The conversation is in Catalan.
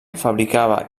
fabricava